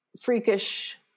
freakish